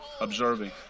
observing